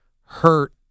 hurt